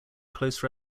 close